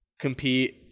compete